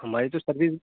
ہماری تو سروس